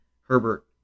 Herbert